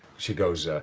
she goes, ah